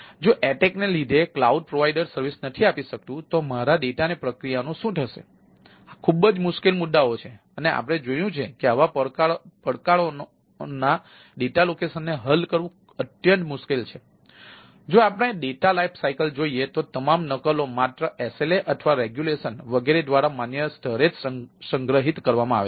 જો પ્રોવાઇડર પર denial of service હુમલો વગેરે દ્વારા માન્ય સ્થળે જ સંગ્રહિત કરવામાં આવે છે